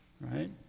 right